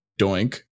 Doink